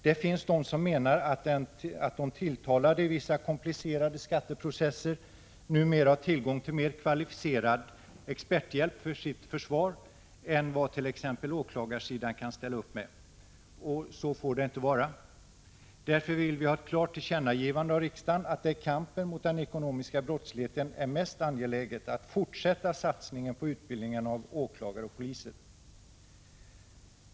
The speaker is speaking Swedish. Det finns de som menar att t.ex. de tilltalade i vissa komplicerade skatteprocesser numera har tillgång till mer kvalificerad experthjälp för sitt försvar än vad t.ex. åklagarsidan kan ställa upp med. Så får det inte vara! Därför vill vi ha ett klart tillkännagivande av riksdagen, att det i kampen mot den ekonomiska brottsligheten är mest angeläget att fortsätta satsningen på utbildningen av åklagare och poliser. Fru talman!